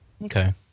Okay